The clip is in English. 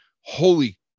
holy